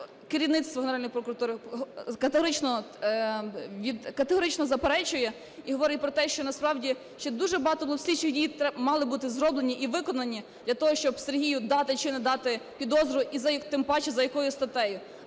керівництво Генеральної прокуратури категорично заперечує і говорить про те, що насправді ще дуже багато слідчих дій мали бути зроблені і виконані для того, щоб Сергію дати чи не дати підозру і тим паче за якою статтею.